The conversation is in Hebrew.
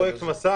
פרויקט 'מסע',